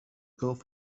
gulf